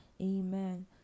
amen